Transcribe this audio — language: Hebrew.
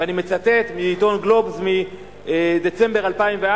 ואני מצטט מעיתון "גלובס" מדצמבר 2004: